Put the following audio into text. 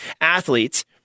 athletes